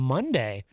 Monday